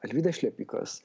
alvydas šlepikas